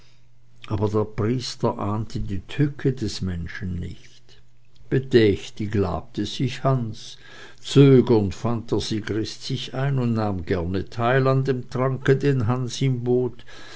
aber der priester ahnte die tücke des menschen nicht bedächtig labte sich hans zögernd fand der sigrist sich ein und nahm gerne teil an dem tranke den hans ihm